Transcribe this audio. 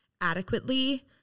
adequately